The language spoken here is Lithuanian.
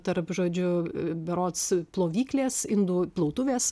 tarp žodžiu berods plovyklės indų plautuvės